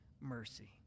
mercy